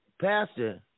Pastor